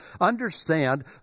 understand